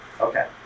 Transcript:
Okay